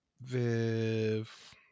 Viv